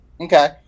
Okay